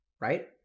right